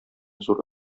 зур